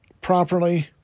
properly